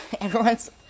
everyone's